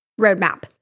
roadmap